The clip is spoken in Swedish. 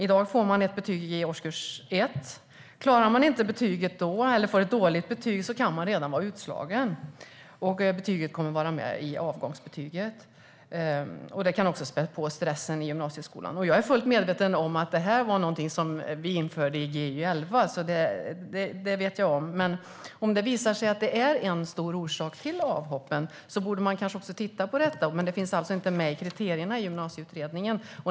Om man inte klarar en kurs i årskurs 1 eller får ett dåligt betyg kan man redan vara utslagen, och detta betyg kommer med i avgångsbetyget. Det kan också spä på stressen i gymnasieskolan. Jag är medveten om att vi införde detta i Gy 2011. Men om det visar sig vara en stor orsak till avhoppen borde man titta på det. Det finns dock inte med i direktiven till Gymnasieutredningen.